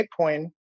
Bitcoin